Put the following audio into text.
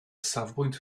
safbwynt